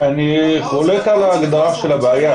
אני חולק על ההגדרה של הבעיה,